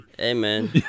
Amen